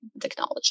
technology